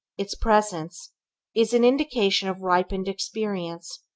its presence is an indication of ripened experience,